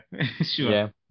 sure